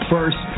First